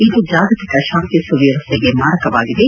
ಇದು ಜಾಗತಿಕ ಶಾಂತಿ ಸುವ್ಹವಸ್ಥೆಗೆ ಮಾರಕವಾಗಿದೆ